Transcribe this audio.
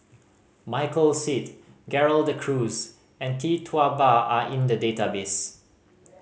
Michael Seet Gerald De Cruz and Tee Tua Ba are in the database